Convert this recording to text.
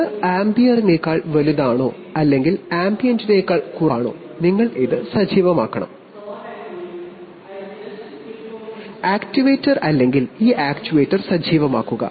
ഇത് ആംബിയന്റിനേക്കാൾambient വലുതാണോ അല്ലെങ്കിൽ ആംബിയന്റിനേക്കാൾ കുറവാണോ എന്ന് ആശ്രയിച്ച് ഈ ആക്യുവേറ്റർ സജീവമാക്കുക